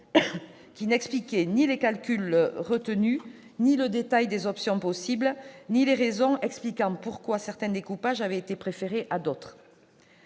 qui n'expliquait ni les calculs retenus, ni le détail des options possibles, ni les raisons pour lesquelles certains découpages avaient été préférés à d'autres.